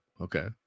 Okay